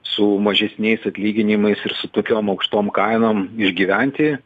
su mažesniais atlyginimais ir su tokiom aukštom kainom išgyventi